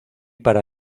para